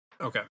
Okay